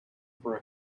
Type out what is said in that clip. for